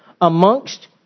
amongst